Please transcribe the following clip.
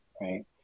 right